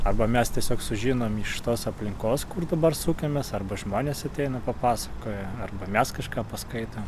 arba mes tiesiog sužinom iš tos aplinkos kur dabar sukamės arba žmonės ateina papasakoja arba mes kažką paskaitom